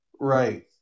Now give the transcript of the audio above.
Right